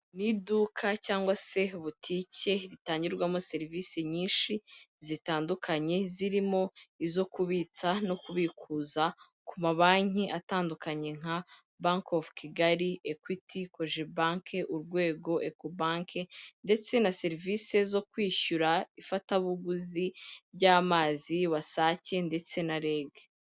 Ni iduka cyangwa se butike ritangirwamo serivisi nyinshi zitandukanye zirimo izo kubitsa no kubikuza ku mabanki atandukanye nka: Baki ofu Kigali, ekwiti, kojebaki, urwego, ekobaki. Ndetse na serivisi zo kwishyura ifatabuguzi ry'amazi wasake ndetse na rege.